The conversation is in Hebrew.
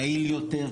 יעיל יותר.